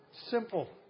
Simple